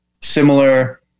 Similar